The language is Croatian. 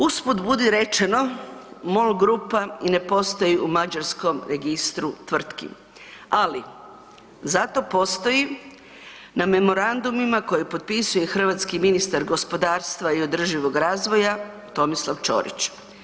Uz put budi rečeno, MOL grupa i ne postoji u Mađarskom registru tvrtki, ali zato postoji na memorandumima koje potpisuje hrvatski ministar gospodarstva i održivog razvoja Tomislav Ćorić.